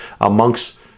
amongst